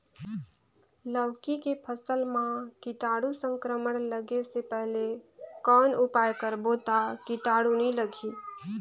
लौकी के फसल मां कीटाणु संक्रमण लगे से पहले कौन उपाय करबो ता कीटाणु नी लगही?